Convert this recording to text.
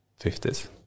50s